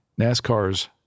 NASCARs